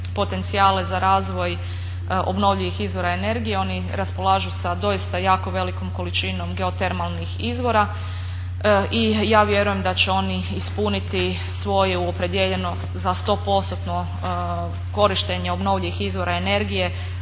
potencijale za razvoj obnovljivih izvora energije. Oni raspolažu sa doista jako velikom količinom geotermalnih izvora i ja vjerujem da će oni ispuniti svoju opredijeljenost za sto postotno korištenje obnovljivih izvora energije